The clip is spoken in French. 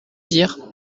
dire